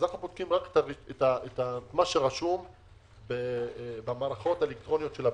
אנחנו בודקים רק את מה שרשום במערכות האלקטרוניות של הבנק.